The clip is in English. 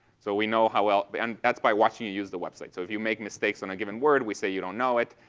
so we know how well. but and that's by watching you use the website. so if you make mistakes on a given word we say you don't know it,